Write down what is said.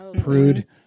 prude